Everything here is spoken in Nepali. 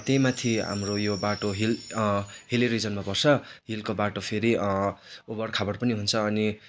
त्यही माथि हाम्रो यो बाटो हिल हिल्ली रिजनमा पर्छ हिलको बाटो फेरि उबडखाबड पनि हुन्छ अनि